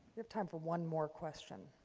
have time for one more question.